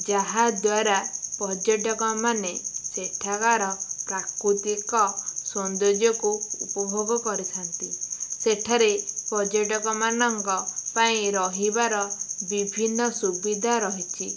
ଯାହାଦ୍ୱାରା ପର୍ଯ୍ୟଟକ ମାନେ ସେଠାକାର ପ୍ରାକୃତିକ ସୌନ୍ଦର୍ଯ୍ୟକୁ ଉପଭୋଗ କରିଥାନ୍ତି ସେଠାରେ ପର୍ଯ୍ୟଟକମାନଙ୍କ ପାଇଁ ରହିବାର ବିଭିନ୍ନ ସୁବିଧା ରହିଛି